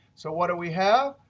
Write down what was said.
so what do we have?